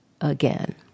again